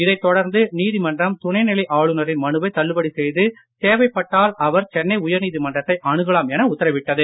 இதைத் தொடர்ந்து நீதிமன்றம் துணைநிலை ஆளுநரின் மனுவை தள்ளுபடி செய்து தேவைப்பட்டால் அவர் சென்னை உயர் நீதிமன்றத்தை அணுகலாம் என உத்தரவிட்டது